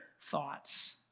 thoughts